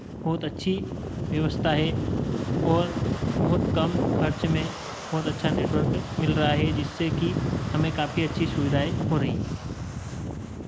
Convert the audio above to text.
बहुत अच्छी व्यवस्था है और बहुत कम खर्च में बहुत अच्छा नेटवर्क मिल रहा है जिससे कि हमे काफी अच्छी सुविधाएं हो रही